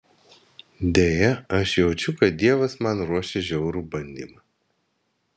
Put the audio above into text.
deja aš jaučiu kad dievas man ruošia žiaurų bandymą